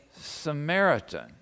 Samaritan